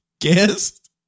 guest